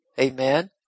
Amen